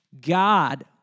God